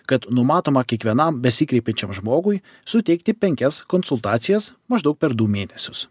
kad numatoma kiekvienam besikreipiančiam žmogui suteikti penkias konsultacijas maždaug per du mėnesius